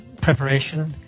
preparation